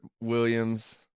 Williams